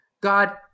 God